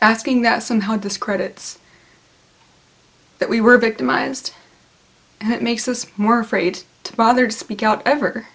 asking that somehow discredits that we were victimized and it makes us more afraid to bother to speak out ever